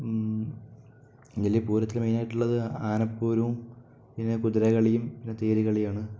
ഇതില് പൂരത്തില് മെയ്നായിട്ടുള്ളത് ആന പൂരവും പിന്നേ കുതിരകളിയും പിന്നേ തേര് കളിയുവാണ്